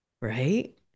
Right